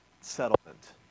settlement